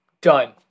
done